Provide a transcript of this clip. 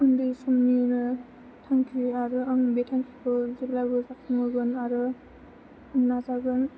उन्दै समनिनो थांखि आरो आं बे थांखिखौ जेब्लायबो जाफुंहोगोन आरो नाजागोन